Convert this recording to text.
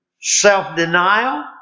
self-denial